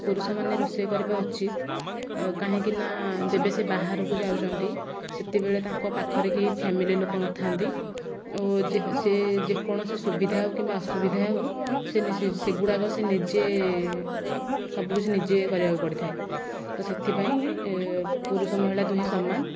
ପୁରୁଷମାନେ ରୋଷେଇ କରିବା ଉଚିତ୍ କାହିଁକି ନା ଯେବେ ସେ ବାହାରକୁ ଯାଉଛନ୍ତି ସେତେବେଳେ ତାଙ୍କ ପାଖରେ କେହି ଫ୍ୟାମିଲି ଲୋକ ନଥାନ୍ତି ଓ ସେ ଯେ କୌଣସି ସୁବିଧା ହେଉ କିମ୍ବା ଅସୁବିଧା ହେଉ ସେ ସେଗୁଡ଼ାକ ସେ ନିଜେ ସବୁକୁଛି ନିଜେ କରିବାକୁ ପଡ଼ିଥାଏ ତ ସେଥିପାଇଁ ପୁରୁଷ ମହିଳା ଦୁହେଁ ସମାନ